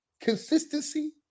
consistency